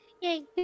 Yay